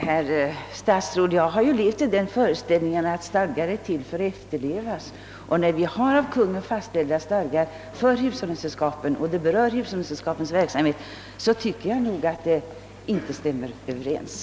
Herr talman! Jag har levt i den föreställningen, herr statsråd, att stadgar är till för att efterlevas. Och när vi då har av Konungen fastställda stadgar för hushållningssällskapen och den fråga det här gäller berör sällskapens verksamhet, så tycker jag nog att det hela inte stämmer överens.